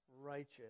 righteous